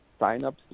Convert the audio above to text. signups